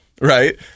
right